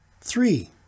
Three